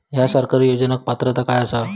हया सरकारी योजनाक पात्रता काय आसा?